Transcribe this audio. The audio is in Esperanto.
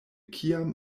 kiam